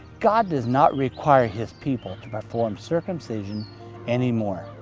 god does not require his people to perform circumcision anymore.